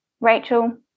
Rachel